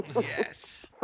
Yes